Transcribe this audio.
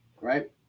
right